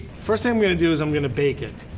first thing i'm gonna do is i'm gonna bake it.